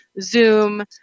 Zoom